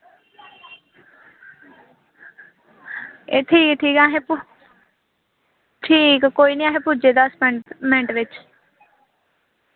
एह् ठीक ऐ एह् ठीक ऐ असें एह् ठीक कोई निं अस पुज्जे दस्स मिंट बिच